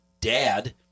dad